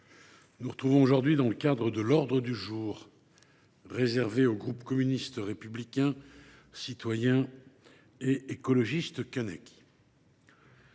nous retrouvons aujourd’hui dans le cadre de l’ordre du jour réservé au groupe Communiste Républicain Citoyen et Écologiste –